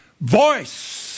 voice